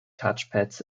touchpads